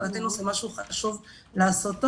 זה משהו שחשוב לעשותו.